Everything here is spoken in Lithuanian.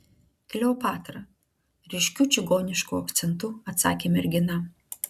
kleopatra ryškiu čigonišku akcentu atsakė mergina